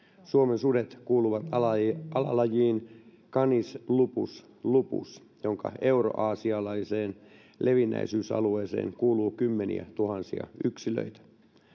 suomen sudet kuuluvat alalajiin alalajiin canis lupus lupus jonka euraasialaiseen levinneisyysalueeseen kuuluu kymmeniätuhansia yksilöitä